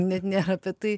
net nėra apie tai